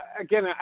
Again